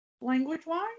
Language-wise